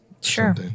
Sure